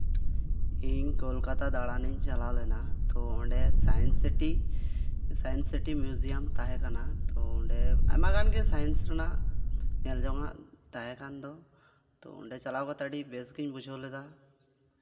ᱤᱧ ᱠᱳᱞᱠᱟᱛᱟ ᱫᱟᱬᱟᱱᱤᱧ ᱪᱟᱞᱟᱣ ᱞᱮᱱᱟ ᱛᱳ ᱚᱸᱰᱮ ᱥᱟᱭᱮᱱᱥ ᱥᱤᱴᱤ ᱢᱤᱭᱩᱡᱤᱭᱟᱢ ᱛᱟᱦᱮᱸ ᱠᱟᱱᱟ ᱛᱳ ᱟᱭᱢᱟ ᱜᱟᱱ ᱜᱮ ᱥᱟᱭᱮᱱᱥ ᱨᱮᱱᱟᱜ ᱧᱮᱞ ᱡᱚᱝ ᱟᱜ ᱛᱟᱸᱦᱮ ᱠᱟᱱ ᱫᱚ ᱛᱳ ᱚᱸᱰᱮ ᱪᱟᱞᱟᱣ ᱠᱟᱛᱮᱫ ᱟᱹᱰᱤ ᱵᱮᱥ ᱜᱤᱧ ᱵᱩᱡᱷᱟᱹᱣ ᱞᱮᱫᱟ